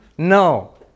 No